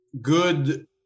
good